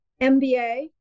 mba